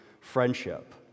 friendship